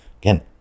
Again